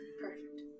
Perfect